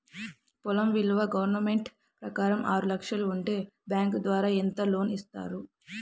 పొలం విలువ గవర్నమెంట్ ప్రకారం ఆరు లక్షలు ఉంటే బ్యాంకు ద్వారా ఎంత లోన్ ఇస్తారు?